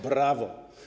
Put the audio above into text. Brawo.